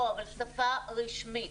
לא, אבל שפה רשמית.